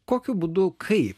kokiu būdu kaip